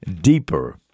deeper